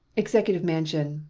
executive mansion,